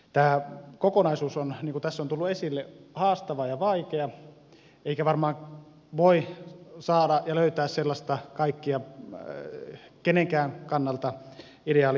tämä kokonaisuus on niin kuin tässä on tullut esille haastava ja vaikea eikä varmaan voi saada ja löytää sellaista kenenkään kannalta ideaalimallia